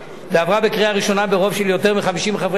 ועברה בקריאה ראשונה ברוב של יותר מ-50 חברי כנסת.